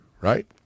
right